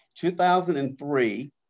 2003